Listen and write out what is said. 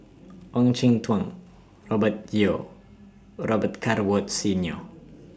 Ong Jin Teong Robert Yeo Robet Carr Woods Senior